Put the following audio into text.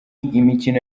imikino